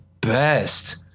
best